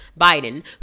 Biden